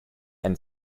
and